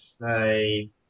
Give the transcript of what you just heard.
say